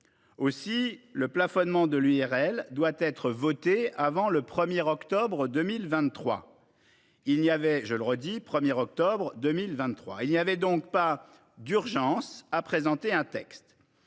sujet. Le plafonnement de l'IRL doit être voté avant le 1 octobre 2023, j'y insiste. Il n'y avait donc pas d'urgence à présenter un texte.